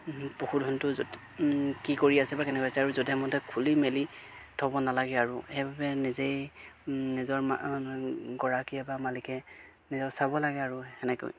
পশুধনটো কি কৰি আছে বা কেনেকৈ আছে আৰু যধে মধে খুলি মেলি থ'ব নালাগে আৰু সেইবাবে নিজেই নিজৰ গৰাকীয়ে বা মালিকে নিজক চাব লাগে আৰু তেনেকৈ